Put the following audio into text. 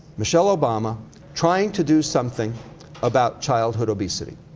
michelle obama trying to do something about childhood obesity.